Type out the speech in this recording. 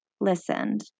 listened